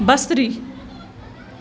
بصری